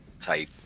type